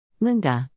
Linda